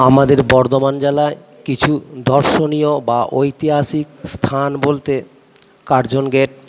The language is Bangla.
আমাদের বর্ধমান জেলায় কিছু দর্শনীয় বা ঐতিহাসিক স্থান বলতে কার্জন গেট